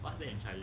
what's that